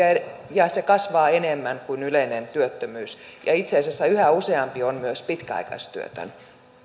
se kasvaa enemmän kuin yleinen työttömyys ja itse asiassa yhä useampi on myös pitkäaikaistyötön